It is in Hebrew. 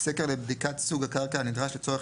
- סקר לבדיקת סוג הקרקע הנדרש לצורך